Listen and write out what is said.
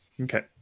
Okay